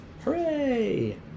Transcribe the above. Hooray